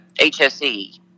hse